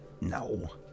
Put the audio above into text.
No